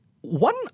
one